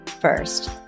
first